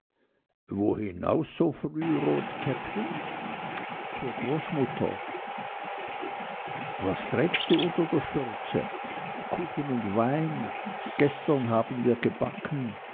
wo hinaus so früh rotkäppchen zur großmutter was trägst du unter der schürze kuchen und wein gestern haben wir gebacken